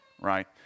right